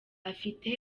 afite